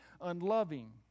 Unloving